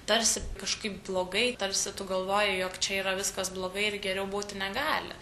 tarsi kažkaip blogai tarsi tu galvojai jog čia yra viskas blogai ir geriau būti negali